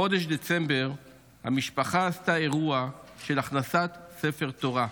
בחודש דצמבר המשפחה עשתה אירוע של הכנסת ספר תורה,